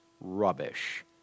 rubbish